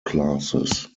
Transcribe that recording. classes